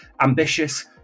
ambitious